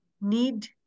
need